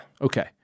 Okay